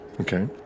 Okay